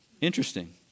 Interesting